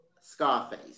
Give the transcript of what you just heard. Scarface